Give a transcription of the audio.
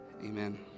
Amen